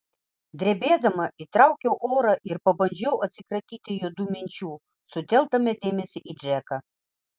drebėdama įtraukiau oro ir pabandžiau atsikratyti juodų minčių sutelkdama dėmesį į džeką